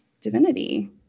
divinity